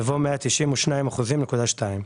יבוא "192.2%".